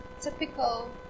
typical